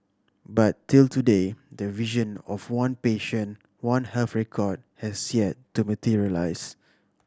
but till today the vision of one patient One Health record has yet to materialise